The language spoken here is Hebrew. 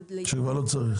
שנועד --- שכבר לא צריך.